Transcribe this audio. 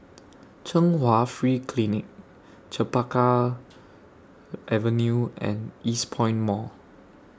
Chung Hwa Free Clinic Chempaka Avenue and Eastpoint Mall